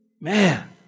Man